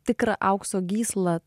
tikrą aukso gyslą